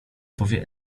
powie